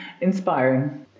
inspiring